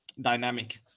dynamic